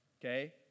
Okay